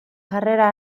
jarrera